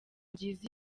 byiza